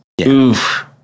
Oof